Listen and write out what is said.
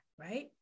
right